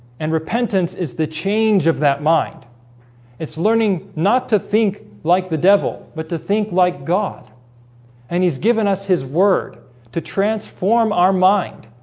and repentance is the change of that mind it's learning not to think like the devil but to think like god and he's given us his word to transform our mind